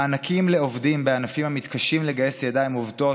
מענקים לעובדים בענפים המתקשים לגייס ידיים עובדות.